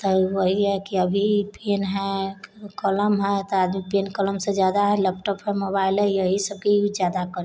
तऽ वही है कि अभी पेन हय कलम हय तऽ आदमी पेन कलमसँ जादा लेपटॉप हय मोबाइल हय यही सबके यूज जादा करै